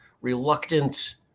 Reluctant